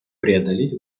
преодолеть